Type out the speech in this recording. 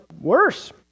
worse